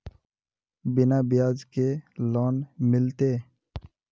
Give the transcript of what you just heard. बिना ब्याज के लोन मिलते?